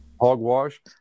hogwash